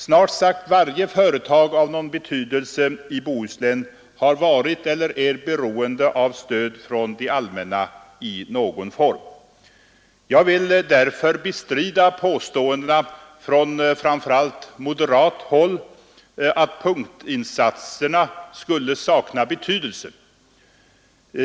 Snart sagt varje företag av någon betydelse i Bohuslän har varit eller är beroende av stöd från det allmänna i någon form. Jag vill därför bestrida påståendena från framför allt moderat håll att punktinsatserna skulle sakna betydelse.